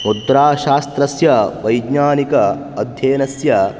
मुद्राशास्त्रस्य वैज्ञानिक अध्ययनस्य